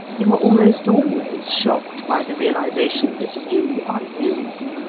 you are almost always shocked by the realization that you are you.